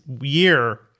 year